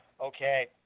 okay